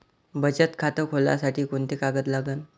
बचत खात खोलासाठी कोंते कागद लागन?